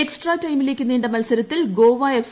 extra ട്ട്രെമിലേക്ക് നീണ്ട മൽസരത്തിൽ ഗോവ എഫ്